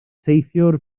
teithiwr